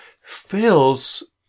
Feels